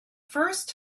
first